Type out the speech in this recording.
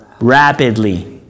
rapidly